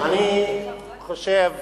אני חושב